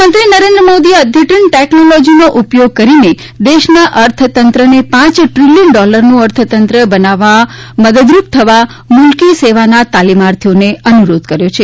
પ્રધાનમંત્રી નરેન્દ્ર મોદીએ અદ્યતન ટેકનોલોજીનો ઉપયોગ કરીનેદેશના અર્થતંત્રને પાંચ દ્રિલીયન ડોલરનું અર્થતંત્ર બનાવવા મદદરૂપ થવા મુલકી સેવાના તાલિમાર્થીઓને અનુરોધ કર્યો છે